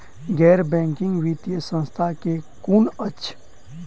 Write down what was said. गैर बैंकिंग वित्तीय संस्था केँ कुन अछि?